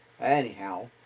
anyhow